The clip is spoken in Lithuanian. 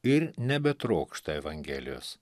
ir nebetrokšta evangelijos